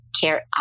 care